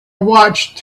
watched